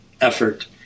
effort